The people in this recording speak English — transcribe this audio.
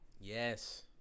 Yes